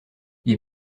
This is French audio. ils